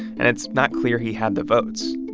and it's not clear he had the votes.